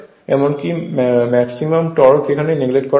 এমনকি maximum torque এখানে neglect করা হয়েছে